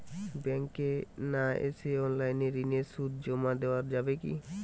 ব্যাংকে না এসে অনলাইনে ঋণের সুদ জমা দেওয়া যাবে কি?